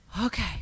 okay